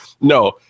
No